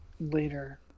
later